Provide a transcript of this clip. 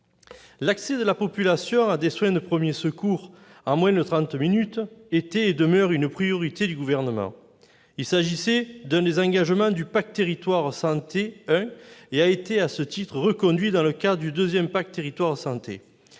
L'accès de la population à des soins de premiers secours en moins de trente minutes était et demeure une priorité du Gouvernement. Il s'agissait de l'un des engagements du pacte territoire-santé 1, lequel a, à ce titre, été reconduit dans le cadre du deuxième pacte territoire-santé.